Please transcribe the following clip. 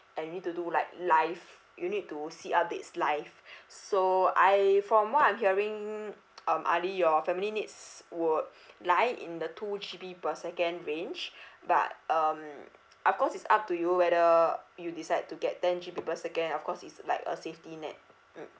and you need to do like live you will need to see updates live so I from what I'm hearing um ali your family needs would lie in the two G_B per second range but um of course it's up to you whether you decide to get ten G_B per second of course it's like a safety net mm